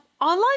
online